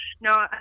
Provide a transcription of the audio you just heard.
No